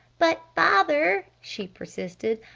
but. father, she persisted,